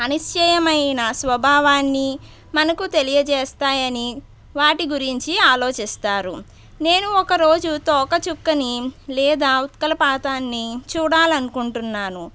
అనిశ్చయమైన స్వభావాన్ని మనకు తెలియచేస్తాయని వాటి గురించి ఆలోచిస్తారు నేను ఒక రోజు తోకచుక్కని లేదా ఉత్కలపాతాన్ని చూడాలనుకుంటున్నాను